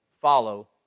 Follow